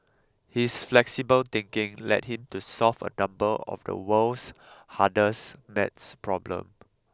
his flexible thinking led him to solve a number of the world's hardest maths problem